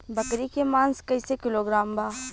बकरी के मांस कईसे किलोग्राम बा?